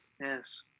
Yes